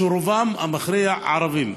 שרובם המכריע ערבים.